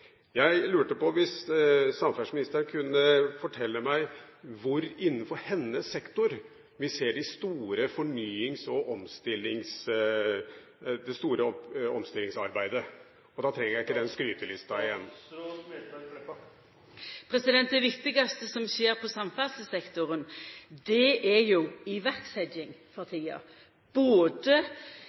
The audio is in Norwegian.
Jeg lurte på om samferdselsministeren kunne fortelle meg hvor innenfor hennes sektor vi ser det store omstillingsarbeidet. Og da trenger jeg ikke skrytelisten igjen. Det viktigaste som skjer på samferdselssektoren for tida, er jo